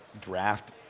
draft